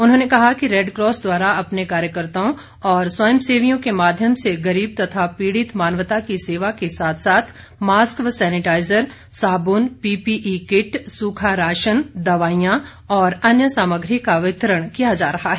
उन्होंने कहा कि रेडक्रॉस द्वारा अपने कार्यकर्ताओं और स्वयंसेवियों के माध्यम से गरीब तथा पीड़ित मानवता की सेवा के साथ साथ मास्क व सैनिटाईज़र साबुन पीपीई किट सूखा राशन दवाईयां और अन्य सामग्री का वितरण किया जा रहा है